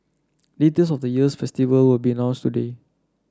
details of the year's festival will be announced today